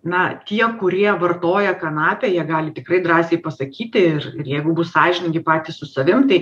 na tie kurie vartoja kanapę jie gali tikrai drąsiai pasakyti ir ir jeigu bus sąžiningi patys su savim tai